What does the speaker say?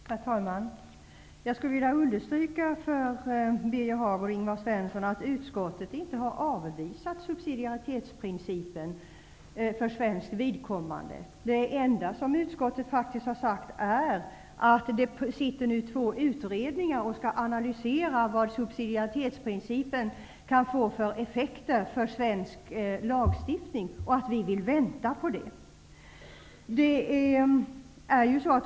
Herr talman! Jag skulle vilja understryka för Birger Hagård och Ingvar Svensson att utskottet inte har avvisat subsidiaritetsprincipen för svenskt vidkommande. Det enda som utskottet faktiskt har sagt är att det nu sitter två utredningar som skall analysera vilka effekter subsidiaritetsprincipen kan få för svensk lagstiftning och att vi vill vänta på utredningarnas resultat.